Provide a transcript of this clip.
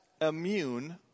immune